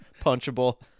punchable